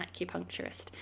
acupuncturist